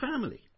family